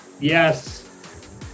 Yes